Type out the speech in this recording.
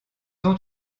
ont